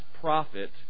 prophet